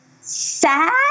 sad